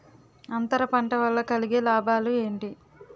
అంతర పంట వల్ల కలిగే లాభాలు ఏంటి